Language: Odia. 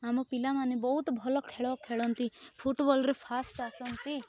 ଆମ ପିଲାମାନେ ବହୁତ ଭଲ ଖେଳ ଖେଳନ୍ତି ଫୁଟବଲ୍ରେ ଫାଷ୍ଟ୍ ଆସନ୍ତି